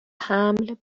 حمل